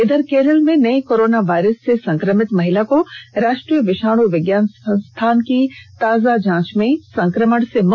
इधर केरल में नए कोरोना वायरस से संक्रमित महिला को राष्ट्रीय विषाणु विज्ञान संस्थान की ताजा जांच में संक्रमण से मुक्त पाया गया है